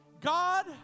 God